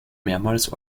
mehrmals